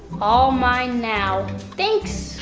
all mine now! thanks!